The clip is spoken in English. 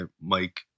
mike